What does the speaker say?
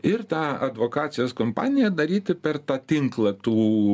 ir tą advokacijos kampaniją daryti per tą tinklą tų